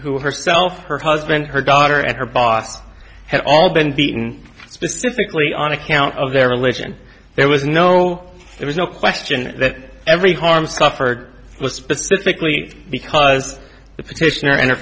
who herself her husband her daughter and her boss had all been beaten specifically on account of their religion there was no there was no question that every harm suffered was specifically because